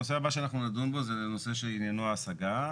הנושא הבא שאנחנו נדון בו זה נושא שעניינו השגה.